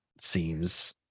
seems